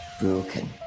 Broken